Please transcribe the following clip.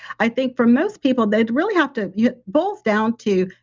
i think for most people that it really have to. it boils down to,